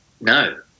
No